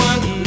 One